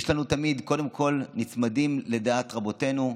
אנו תמיד, קודם כול, נצמדים לדעת רבותינו.